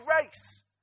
race